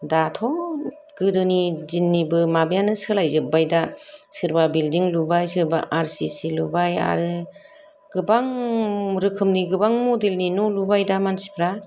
दाथ' गोदोनि दिननि माबायानो सोलायजोबबाय दा सोरबा बिल्डिं लुबाय सोरबा आर सि सि लुबाय आरो गोबां रोखोमनि गोबां मडेलनि न' लुबाय दा मानसिफ्रा